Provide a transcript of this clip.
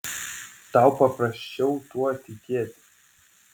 tau paprasčiau tuo tikėti